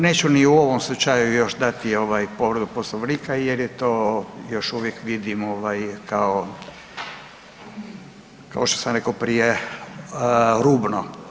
Neću ni u ovom slučaju još dati povredu Poslovnika jer je to, još uvijek vidim ovaj, kao, kao što sam rekla prije rubno.